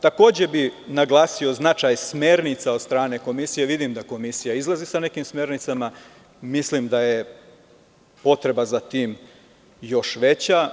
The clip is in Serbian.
Takođe bih naglasio značaj smernica od strane komisije, vidim da komisija izlazi sa nekim smernicama, mislim da je potreba za tim još veća.